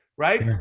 Right